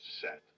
set